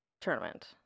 Tournament